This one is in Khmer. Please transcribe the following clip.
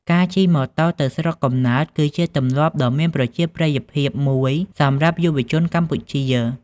ការជិះម៉ូតូទៅស្រុកកំណើត គឺជាទម្លាប់ដ៏មានប្រជាប្រិយភាពមួយសម្រាប់យុវជនកម្ពុជា។